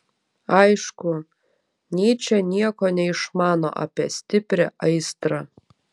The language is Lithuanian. aišku nyčė nieko neišmano apie stiprią aistrą